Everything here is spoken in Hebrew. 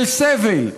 של סבל,